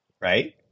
Right